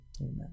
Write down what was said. Amen